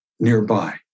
nearby